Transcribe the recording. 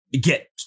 get